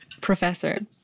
professor